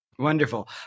Wonderful